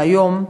שהיום,